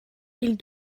ils